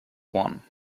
one